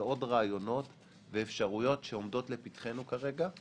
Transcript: עוד רעיונות ואפשרויות שעומדות לפתחנו כרגע.